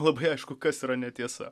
labai aišku kas yra netiesa